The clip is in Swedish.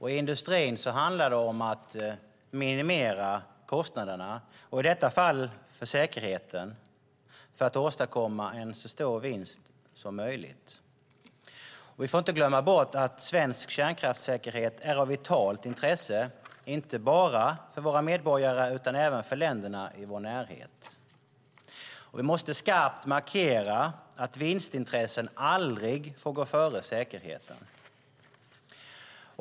I industrin handlar det om att minimera kostnaderna, i detta fall för säkerheten, för att åstadkomma en så stor vinst som möjligt. Vi får inte glömma bort att svensk kärnkraftsäkerhet är av vitalt intresse, inte bara för våra medborgare utan även för länderna i vår närhet. Och vi måste skarpt markera att vinstintressen aldrig får gå före säkerheten.